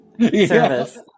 service